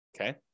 okay